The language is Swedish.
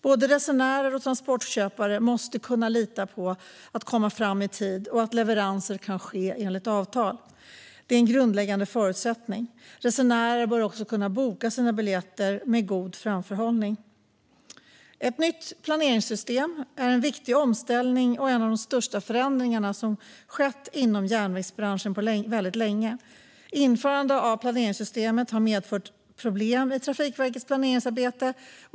Både resenärer och transportköpare måste kunna lita på att tågen kommer fram i tid och att leveranser kan ske enligt avtal. Det är en grundläggande förutsättning. Resenärer bör också kunna boka sina biljetter med god framförhållning. Ett nytt planeringssystem är en viktig omställning och en av de största förändringarna som skett inom järnvägsbranschen på väldigt länge. Införandet av planeringssystemet har medfört problem i Trafikverkets planeringsarbete.